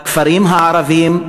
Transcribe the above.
הכפרים הערביים,